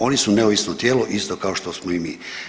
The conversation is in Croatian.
Oni su neovisno tijelo isto kao što smo i mi.